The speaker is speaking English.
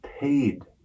paid